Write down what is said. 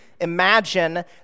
imagine